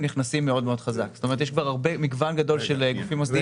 נכנסים מאוד חזק זאת אומרת יש מגוון גדול של גופים מוסדיים,